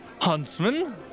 Huntsman